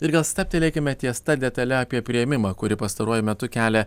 ir gal stabtelėkime ties ta detale apie priėmimą kuri pastaruoju metu kelia